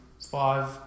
five